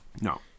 no